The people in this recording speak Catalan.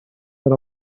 per